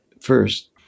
first